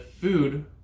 food